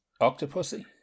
Octopussy